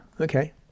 Okay